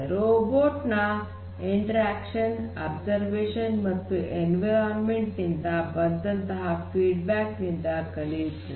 robot ಸಹ ಪರಸ್ಪರ ಕ್ರಿಯೆ ಅಬ್ಸರ್ವೇಷನ್ ಮತ್ತು ಎನ್ವಿರಾನ್ಮೆಂಟ್ ನಿಂದ ಬಂದಂತಹ ಫೀಡ್ಬ್ಯಾಕ್ ನಿಂದ ಕಲಿಯುತ್ತದೆ